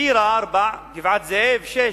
טירה, 4, גבעת-זאב, 6,